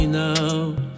now